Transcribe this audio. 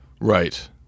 Right